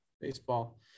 Baseball